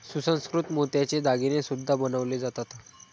सुसंस्कृत मोत्याचे दागिने सुद्धा बनवले जातात